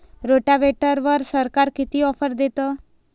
रोटावेटरवर सरकार किती ऑफर देतं?